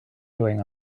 doing